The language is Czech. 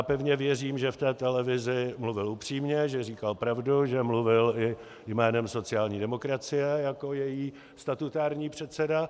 Pevně věřím, že v té televizi mluvil upřímně, že říkal pravdu, že mluvil i jménem sociální demokracie jako její statutární předseda.